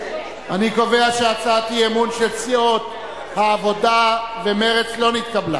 אני קובע שהצעת האי-אמון של סיעות העבודה ומרצ לא נתקבלה.